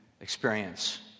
experience